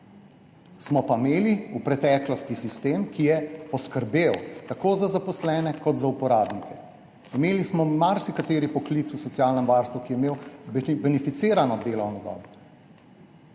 Smo pa imeli v preteklosti sistem, ki je poskrbel tako za zaposlene kot za uporabnike, imeli smo marsikateri poklic v socialnem varstvu, ki je imel beneficirano delovno dobo.